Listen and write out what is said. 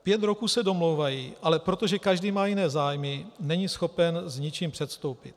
Pět roků se domlouvají, ale protože každý má jiné zájmy, není schopen s ničím předstoupit.